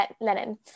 Lenin